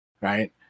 right